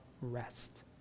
rest